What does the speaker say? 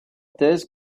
thèse